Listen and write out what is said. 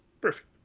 Perfect